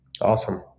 Awesome